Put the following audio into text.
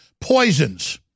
Poisons